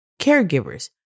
Caregivers